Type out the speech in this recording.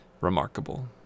remarkable